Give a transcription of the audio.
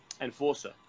enforcer